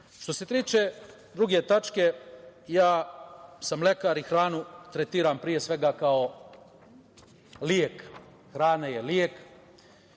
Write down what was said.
se tiče druge tačke, ja sam lekar i hranu tretiram pre svega kao lek. Hrana je lek.